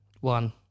One